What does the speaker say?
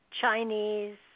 Chinese